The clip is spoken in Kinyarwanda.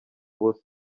bose